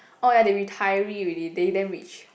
orh ya they retiree already they damn rich